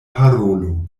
parolo